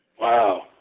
Wow